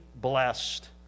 blessed